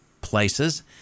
places